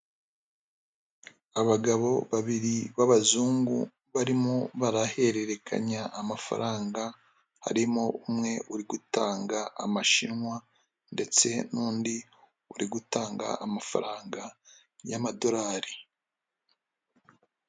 Abagabo babiri b'abazungu barimo barahererekanya amafaranga, harimo umwe uri gutanga amashinwa ndetse n'undi uri gutanga amafaranga y'amadorari.